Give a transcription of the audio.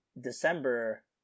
december